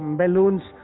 balloons